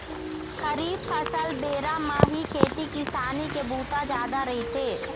खरीफ फसल बेरा म ही खेती किसानी के बूता जादा रहिथे